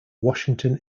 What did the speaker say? washington